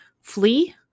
flee